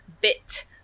bit